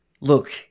look